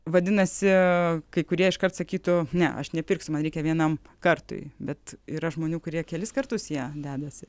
vadinasi kai kurie iškart sakytų ne aš nepirksiu man reikia vienam kartui bet yra žmonių kurie kelis kartus ją dedasi